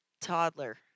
toddler